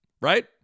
right